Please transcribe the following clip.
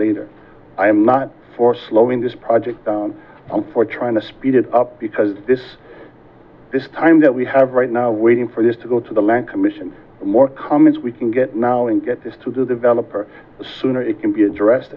later i am not for slowing this project down i'm for trying to speed it up because this this time that we have right now waiting for this to go to the land commission more calm as we can get now and get this to the developer the sooner it can be addressed